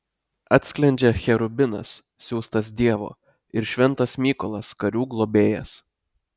atsklendžia cherubinas siųstas dievo ir šventas mykolas karių globėjas